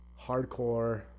hardcore